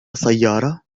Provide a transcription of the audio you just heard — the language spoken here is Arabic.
سيارة